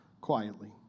quietly